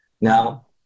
Now